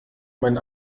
mein